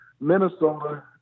Minnesota